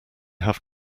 have